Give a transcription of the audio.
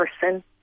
person